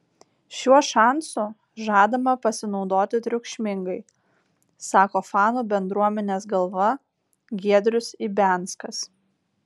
šiuo šansu žadama pasinaudoti triukšmingai sako fanų bendruomenės galva giedrius ibianskas